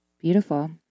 Beautiful